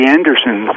Anderson